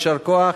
יישר כוח.